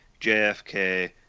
JFK